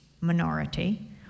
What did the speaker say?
minority